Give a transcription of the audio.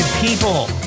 people